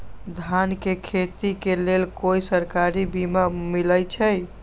धान के खेती के लेल कोइ सरकारी बीमा मलैछई?